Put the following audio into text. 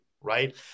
right